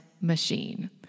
machine